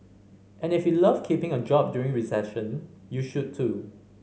and if you love keeping your job during recession you should too